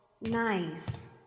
nice